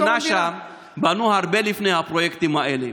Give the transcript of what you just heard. גם את השכונה שם בנו הרבה לפני הפרויקטים האלה.